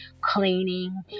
cleaning